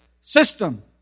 system